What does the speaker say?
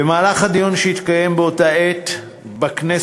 במהלך הדיון אשר התקיים באותה עת בכנסת